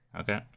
okay